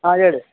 ಹಾಂ ಹೇಳಿ